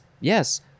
yes